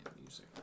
music